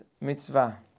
mitzvah